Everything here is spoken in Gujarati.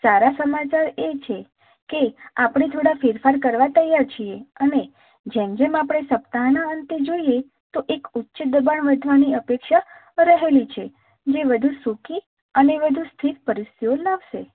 સારા સમાચાર એ છે કે આપણે થોડા ફેરફાર કરવા તૈયાર છીએ અને જેમ જેમ આપણે સપ્તાહના અંતે જોઈએ તો એક ઊચ્ચ દબાણ વધવાની અપેક્ષા રહેલી છે જે વધુ સૂકી અને વધુ સ્થિર પરિસ્થિતિઓ લાવશે